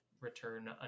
return